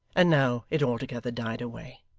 and now it altogether died away.